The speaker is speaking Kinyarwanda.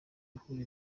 ruhuha